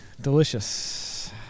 Delicious